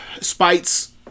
spites